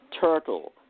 turtle